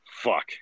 Fuck